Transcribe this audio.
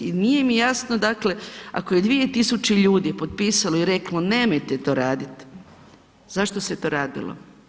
I nije mi jasno dakle ako je 2000 ljudi potpisalo i reklo nemojte to raditi, zašto se to radilo?